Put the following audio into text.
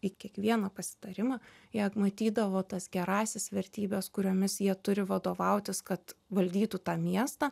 į kiekvieną pasitarimą jie matydavo tas gerąsias vertybes kuriomis jie turi vadovautis kad valdytų tą miestą